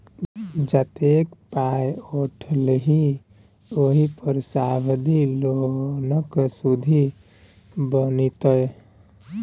जतेक पाय उठेलही ओहि पर ओ सावधि लोनक सुदि बनितौ